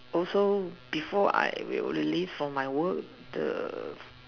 also before I will leave for my work the